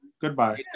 Goodbye